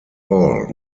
all